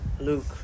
Luke